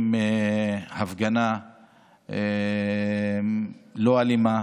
מקיימים הפגנה לא אלימה.